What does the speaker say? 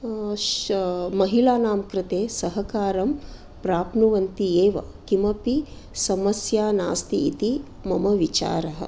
महिलानां कृते सहकारं प्राप्नुवन्ति एव किमपि समस्या नास्ति इति मम विचारः